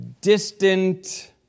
distant